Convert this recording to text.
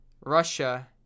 Russia